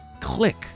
click